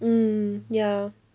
mm ya